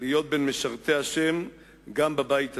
להיות בין משרתי השם גם בבית הזה,